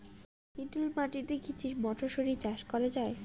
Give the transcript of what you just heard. এটেল মাটিতে কী মটরশুটি চাষ করা য়ায়?